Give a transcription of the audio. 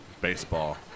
baseball